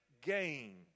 gain